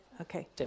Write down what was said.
Okay